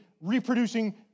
reproducing